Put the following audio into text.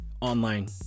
online